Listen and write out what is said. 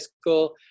school